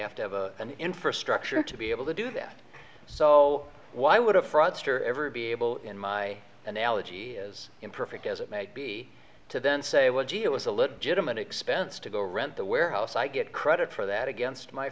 have to have a an infrastructure to be able to do that so why would a fraudster ever be able in my analogy is imperfect as it may be to then say well gee it was a legitime an expense to go rent the warehouse i get credit for that against my